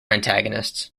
antagonists